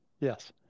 yes